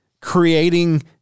creating